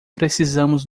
precisamos